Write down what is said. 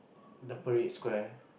the Parade Square